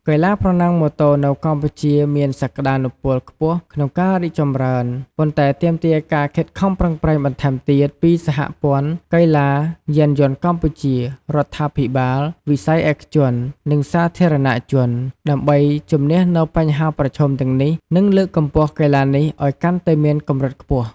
កីឡាប្រណាំងម៉ូតូនៅកម្ពុជាមានសក្តានុពលខ្ពស់ក្នុងការរីកចម្រើន ប៉ុន្តែទាមទារការខិតខំប្រឹងប្រែងបន្ថែមទៀតពី សហព័ន្ធកីឡាយានយន្តកម្ពុជា រដ្ឋាភិបាល វិស័យឯកជន និងសាធារណជន ដើម្បីជំនះនូវបញ្ហាប្រឈមទាំងនេះ និងលើកកម្ពស់កីឡានេះឱ្យកាន់តែមានកម្រិតខ្ពស់។